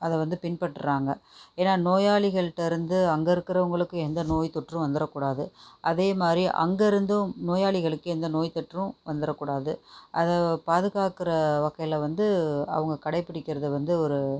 அதை வந்து பின்பற்றுறாங்க ஏன்னால் நோயாளிகள் கிட்டேருந்து அங்கே இருக்கிறவங்களுக்கு எந்த நோய்த் தொற்றும் வந்துடக்கூடாது அதேமாதிரி அங்கேருந்தும் நோயாளிகளுக்கு எந்த நோய்த் தொற்றும் வந்துடக்கூடாது அத பாதுகாக்கிற வகையில் வந்து அவங்க கடைபிடிக்கிறது வந்து ஒரு